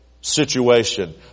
situation